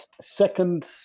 Second